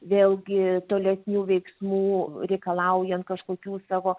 vėlgi tolesnių veiksmų reikalaujant kažkokių savo